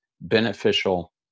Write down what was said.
beneficial